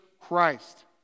Christ